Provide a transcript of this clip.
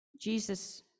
Jesus